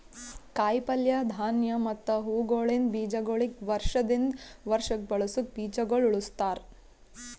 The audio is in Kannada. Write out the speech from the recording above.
ಕಾಯಿ ಪಲ್ಯ, ಧಾನ್ಯ ಮತ್ತ ಹೂವುಗೊಳಿಂದ್ ಬೀಜಗೊಳಿಗ್ ವರ್ಷ ದಿಂದ್ ವರ್ಷಕ್ ಬಳಸುಕ್ ಬೀಜಗೊಳ್ ಉಳುಸ್ತಾರ್